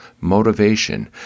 motivation